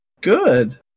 Good